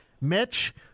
Mitch